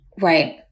Right